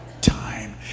time